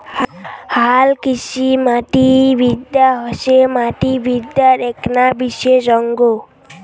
হালকৃষিমাটিবিদ্যা হসে মাটিবিদ্যার এ্যাকনা বিশেষ অঙ্গ